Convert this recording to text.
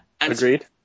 Agreed